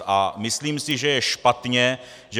A myslím si, že je špatně, že